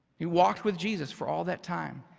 he walked with jesus for all that time,